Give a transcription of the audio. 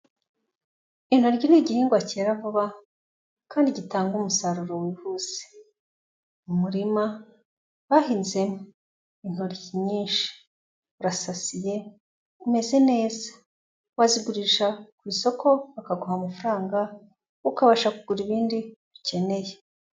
Intoryi ni igihingwa cyera vuba kandi gitanga umusaruro wihuse, mumurima bahinze intoryi nyinshi urasasiye umeze neza wazigurisha ku isoko bakaguha amafaranga ukabasha kugura ibindi ukeneye.